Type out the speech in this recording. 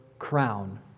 crown